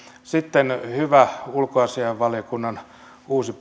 sitten hyvä ulkoasiainvaliokunnan uusi